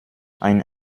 ein